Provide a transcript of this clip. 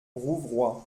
rouvroy